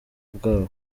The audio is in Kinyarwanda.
bwabo